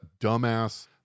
dumbass